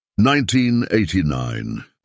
1989